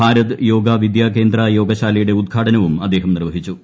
ഭാരത് യോഗ വിദ്യ കേന്ദ്ര യോഗശാലയുടെ ഉദ്ഘാടനവും അദ്ദേഹം നിർവഹിച്ചു